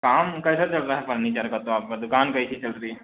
काम कैसा चल रहा है फर्नीचर का तो आपकी दुकान कैसी चल रही हैं